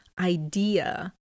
idea